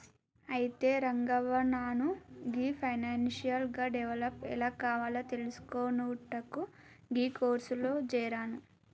అయితే రంగవ్వ నాను గీ ఫైనాన్షియల్ గా డెవలప్ ఎలా కావాలో తెలిసికొనుటకు గీ కోర్సులో జేరాను